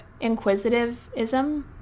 Inquisitivism